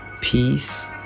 peace